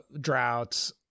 droughts